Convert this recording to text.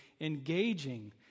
engaging